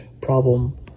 problem